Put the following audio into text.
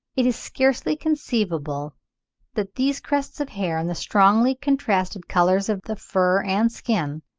it is scarcely conceivable that these crests of hair, and the strongly contrasted colours of the fur and skin,